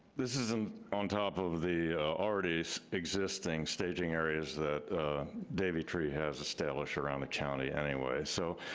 this isn't on top of the already so existing staging areas that davey tree has established around the county anyway, so